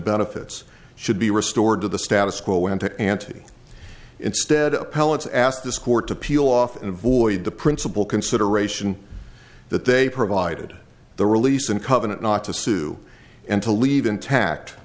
benefits should be restored to the status quo and to ante instead appellants ask this court to peel off and avoid the principal consideration that they provided the release and covenant not to sue and to leave intact